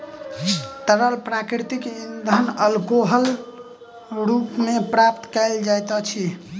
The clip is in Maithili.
तरल प्राकृतिक इंधन अल्कोहलक रूप मे प्राप्त कयल जाइत अछि